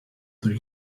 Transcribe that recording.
their